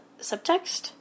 subtext